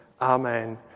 Amen